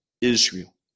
Israel